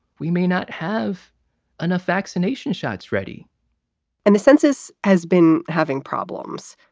we may not have enough vaccination shots ready and the census has been having problems.